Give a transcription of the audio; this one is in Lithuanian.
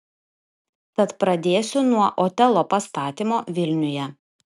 tad pradėsiu nuo otelo pastatymo vilniuje